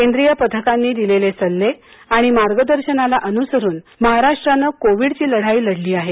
केंद्रीय पथकांनी दिलेले सल्ले आणि मार्गदर्शनाला अनुसरून महाराष्ट्रानं कोविडची लढाई लढली आहे